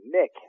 Nick